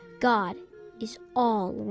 god is all